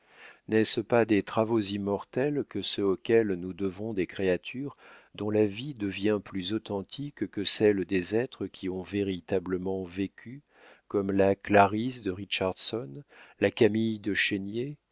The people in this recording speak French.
n'est-ce pas des travaux immortels que ceux auxquels nous devons des créatures dont la vie devient plus authentique que celle des êtres qui ont véritablement vécu comme la clarisse de richardson la camille de chénier